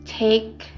take